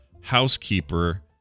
housekeeper